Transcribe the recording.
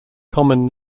common